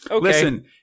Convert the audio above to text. Listen